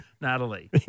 Natalie